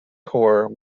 core